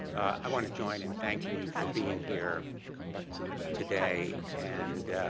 i want to join in thanking you for being here today. and yeah